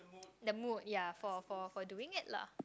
the mood ya for for for doing it lah